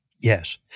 Yes